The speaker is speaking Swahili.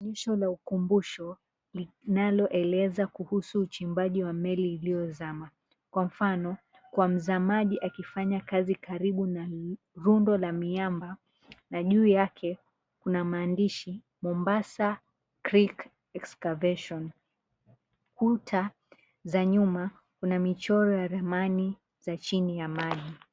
Picha la ukumbusho linaloeleza kuhusu uchimbaji wa meli iliozama, kwa mfano, kwa mzamaji akifanya kazi karibu na rundo la miamba, na juu yake kuna maandishi, 'Mombasa Creek Excavation.' Kuta za nyuma kuna michoro ya ramani za chini ya maji.